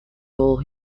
role